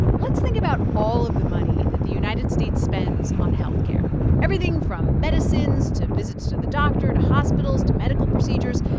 let's think about all of the money that the united states spends on health care, everything from medicines to visits to the doctor to hospitals to medical procedures.